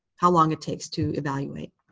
how long it takes to evaluate.